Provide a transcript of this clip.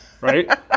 right